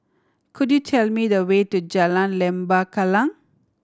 could you tell me the way to Jalan Lembah Kallang